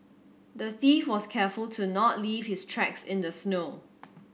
the thief was careful to not leave his tracks in the snow